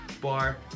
bar